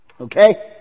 Okay